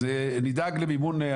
אז נדאג למימון,